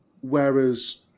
whereas